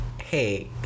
hey